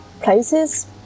places